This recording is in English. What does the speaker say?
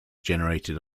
generated